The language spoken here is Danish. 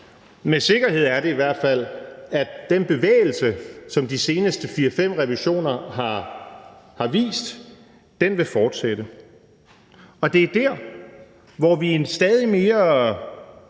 Men sikkert er det i hvert fald, at den bevægelse, som de seneste fire-fem revisioner har vist, vil fortsætte. Det er der, hvor vi i en stadig mere